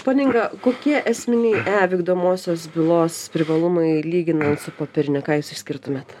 ponia inga kokie esminiai e vykdomosios bylos privalumai lyginant su popierine ką jūs išskirtumėt